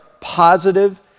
positive